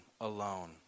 alone